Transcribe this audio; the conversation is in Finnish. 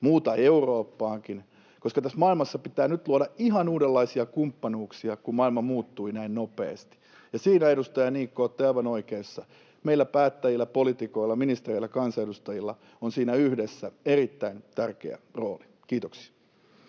muuta Eurooppaakin, koska tässä maailmassa pitää nyt luoda ihan uudenlaisia kumppanuuksia, kun maailma muuttui näin nopeasti, ja siinä, edustaja Niikko, olette aivan oikeassa, meillä päättäjillä, poliitikoilla, ministereillä, kansanedustajilla on siinä yhdessä erittäin tärkeä rooli. — Kiitoksia.